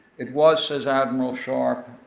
it was, says admiral sharpe,